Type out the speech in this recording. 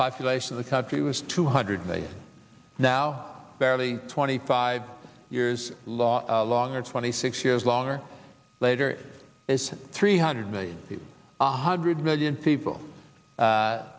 population of the country was two hundred million now barely twenty five years law along or twenty six years longer later is three hundred million one hundred million people